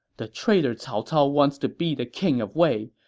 the traitor cao cao wants to be the king of wei.